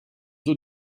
eaux